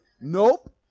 Nope